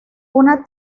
una